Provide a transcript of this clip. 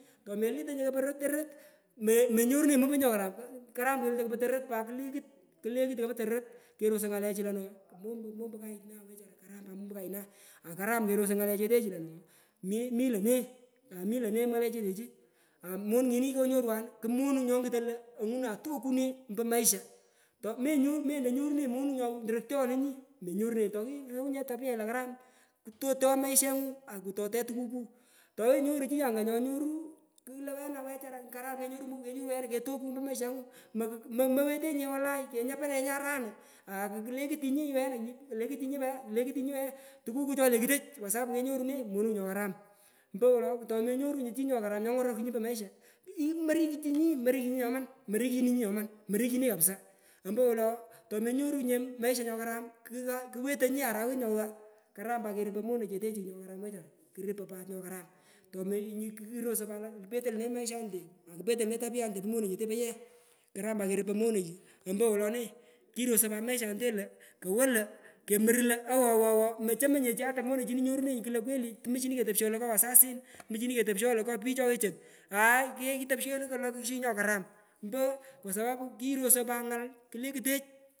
Tomelutonyinye po kopo torot me menyorunonyi mombochi nyokaram karam kelutoi kopo torot pat kulekut kulekut kopo torot kerosoi ngalechu loi no mombo kayuna nyochara karam pat mombo kayuna akaram kerosoi, ngale chetechu lo no mi lone ami lone ngalechetechu amonungini konyorwanu kumonung nyonguton lo onguna tokune mpo maisha tome menyoorunenyi monung nyoruptonunu menyorunenyi tokisowunyi ye tapiyenyi lo karam kutotagho maishengu akutotegha tukuku (haa) towenyi nyoru chi anga nyonyoru kulo wena wechara karam kenyorunyi ketokunyi wena ompo mashengu mo mewetenyinge wolai kenya panenyi aranu akulekutuni wena kolekutchuni pat kolekutchuni tukutu cholekutech kwa sapu kenyorunyi nee monung nyo karam mpowolo tomenyorunyinye chii nyo karam nyo ngorokunyi mpo maisha kumorikwunyi mori kutchinyi nyoman morikutchinyi kapisa ompo wolo tomenyorunyinye maisha ngokarang kugha kuwetonyi arawet nyogha karam kerupoi pat monechetechu nyokaram wechara kerupoy pat nyokaram tome kirosoi pat lo petoi lone maisha nete akupetoi lone tapia nete po monechete poye karam pat kerupoi monung ompowoloni kirosoi pat maisha lo kowo lo komuru lo awowo mochomonye chi ata morechini nyorurenyi kulo muchini ketopisho lo nyo wazazin muchini ketopisho lo ngo pich chowechon aay ketopisheno ngo pich nyokaram mpo kwa sapapu kirosoi pat ngal kulekutech.